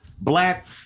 black